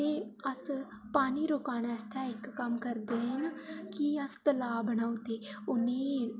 ते अस पानी रुकाने आस्तै इक कम्म करदे आं कि अस तलाऽ बनाई ओड़दे उ'नेंई